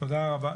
תודה רבה.